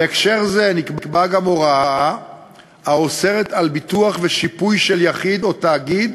בהקשר זה נקבעה גם הוראה האוסרת ביטוח ושיפוי של יחיד או תאגיד